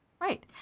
Right